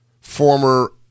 former